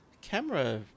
camera